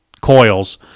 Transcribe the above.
coils